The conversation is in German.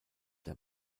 der